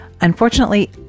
Unfortunately